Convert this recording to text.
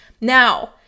Now